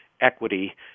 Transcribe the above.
equity